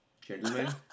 gentlemen